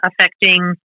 affecting